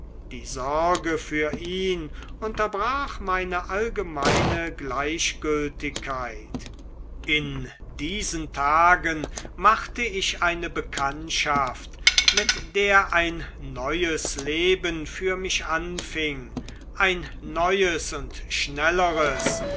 die sorge für ihn unterbrach meine allgemeine gleichgültigkeit in diesen tagen machte ich eine bekanntschaft mit der ein neues leben für mich anfing ein neues und schnelleres